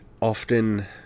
often